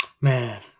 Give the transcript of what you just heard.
Man